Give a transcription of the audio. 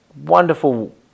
wonderful